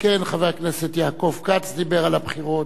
שכן חבר הכנסת יעקב כץ דיבר על הבחירות,